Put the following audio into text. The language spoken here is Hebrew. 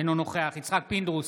אינו נוכח יצחק פינדרוס,